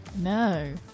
No